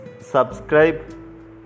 subscribe